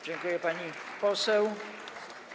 Dziękuję, pani poseł.